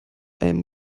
einem